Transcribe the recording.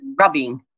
rubbing